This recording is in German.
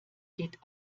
geht